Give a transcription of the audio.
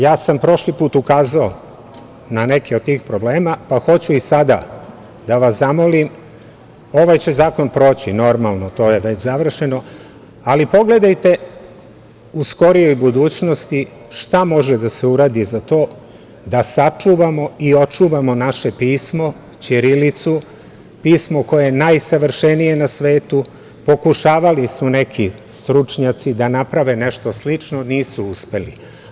Ja sam prošli put ukazao na neke od tih problema, pa hoću i sada da vas zamolim, ovaj će zakon proći, normalno, to je već završeno, ali pogledajte u skorijoj budućnosti šta može da se uradi da sačuvamo i očuvamo naše pismo, ćirilicu, pismo koje je najsavršenije na svetu, pokušavali su neki stručnjaci da naprave nešto slično, ali nisu uspeli.